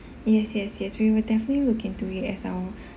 yes yes yes we will definitely look into it as our